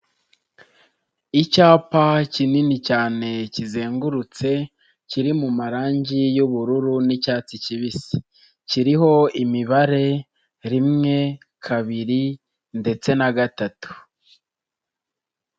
Icyapa kinini cyane kizengurutse kiri mu marangi y'ubururu ni'icyatsi kibisi, kiriho imibare rimwe, kabiri, ndetse na gatatu.